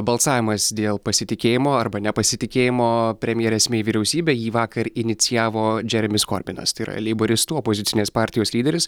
balsavimas dėl pasitikėjimo arba nepasitikėjimo premjerės mei vyriausybe jį vakar inicijavo džeremis korbinas tai yra leiboristų opozicinės partijos lyderis